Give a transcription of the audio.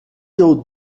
you